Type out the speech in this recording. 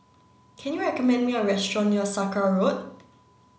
can you recommend me a restaurant near Sakra Road